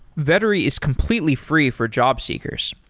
vettery is completely free for job seekers.